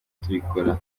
tubikora